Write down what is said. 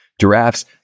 giraffes